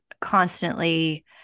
constantly